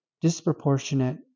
disproportionate